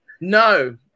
No